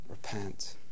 Repent